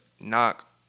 knock